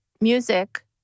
music